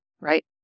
right